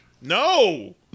no